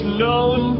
known